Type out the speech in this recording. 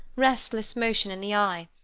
restless motion in the eye,